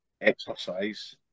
exercise